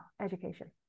education